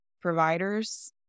providers